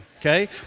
Okay